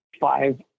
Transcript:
five